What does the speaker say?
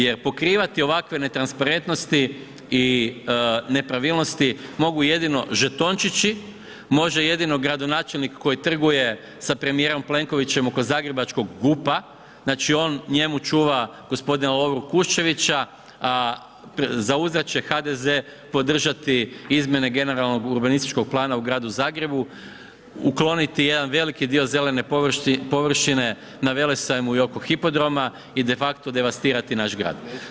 Jer pokrivati ovakve netransparentnosti i nepravilnosti mogu jedino žetončići, može jedino gradonačelnik koji trguje sa premijerom Plenkovićem oko zagrebačkog GUP-a, znači on njemu čuva, gospodina Lovru Kuščevića a za uzvrat će HDZ podržati izmjene generalnog urbanističkog plana u gradu Zagrebu, ukloniti jedan veliki dio zelene površine na Velesajmu i oko Hipodroma i de facto devastirati naš grad.